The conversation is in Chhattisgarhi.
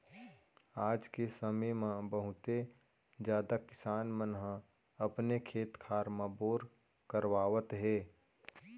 आज के समे म बहुते जादा किसान मन ह अपने खेत खार म बोर करवावत हे